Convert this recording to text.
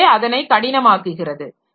இதுவே அதனை கடினமாக்குகிறது